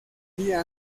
día